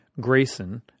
Grayson